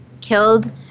killed